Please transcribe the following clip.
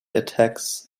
attacks